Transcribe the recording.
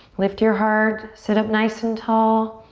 lift your heart, sit up nice and tall.